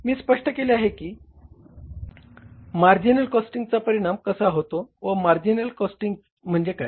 मी स्पष्ट केले आहे की मार्जिनल कॉस्टिंगचा परिणाम कसा होतो व मार्जिनल कॉस्टिंग म्हणजे काय